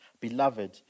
Beloved